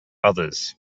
others